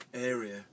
area